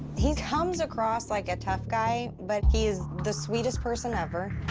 he comes across like a tough guy, but he is the sweetest person ever.